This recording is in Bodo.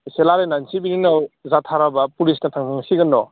एसे रायज्लानायनै बिनि उनाव जाथाराब्ला पुलिसनाव थांसिगोनर'